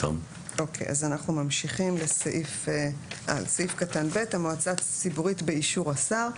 אנחנו ממשיכים לסעיף קטן (ב) (ב)המועצה הציבורית באישור השר,